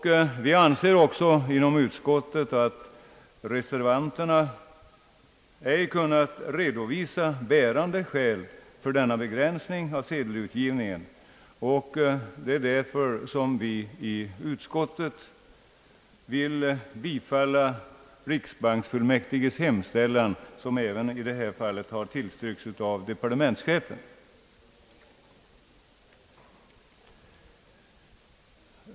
Utskottsmajoriteten anser också att reservanterna ej kunnat redovisa bärande skäl för en sådan begränsning av sedelutgivningen. Det är därför som vi tillstyrker riksbanksfullmäktiges hemställan, som i detta fall även har tillstyrkts av departementschefen.